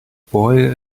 boy